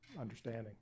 understanding